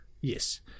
Yes